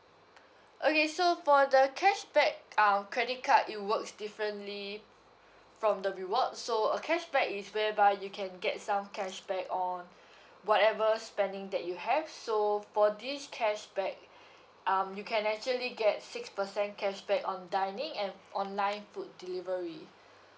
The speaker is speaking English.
okay so for the cashback uh credit card it works differently from the reward so a cashback is whereby you can get some cashback on whatever spending that you have so for this cashback um you can actually get six percent cashback on dining and online food delivery